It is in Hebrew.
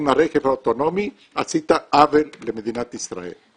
עם הרכב האוטונומי, עשית עוול למדינת ישראל.